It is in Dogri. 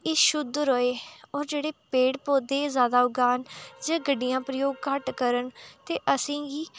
एह् शुद्ध रोहे होर जेह्ड़े पेड़ पौधे जादा उगान जे गड्डियां प्रयोग घट्ट करन ते असें गी